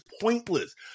pointless